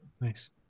Nice